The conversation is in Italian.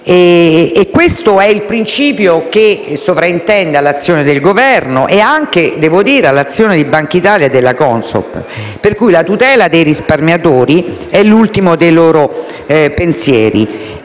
e questo è il principio che sovrintende all'azione del Governo ed anche - devo dire - all'azione di Bankitalia e della Consob, per i quali la tutela dei risparmiatori è l'ultimo dei pensieri.